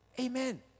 amen